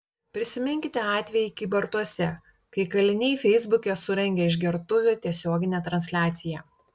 prisiminkite atvejį kybartuose kai kaliniai feisbuke surengė išgertuvių tiesioginę transliaciją